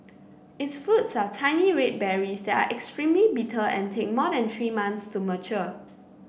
its fruits are tiny red berries that are extremely bitter and take more than three months to mature